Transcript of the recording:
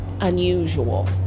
unusual